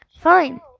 Fine